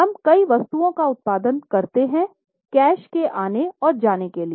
हम कई वस्तुओं का उत्पादन करते हैं कैश के आने और जाने के लिए